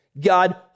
God